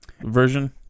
version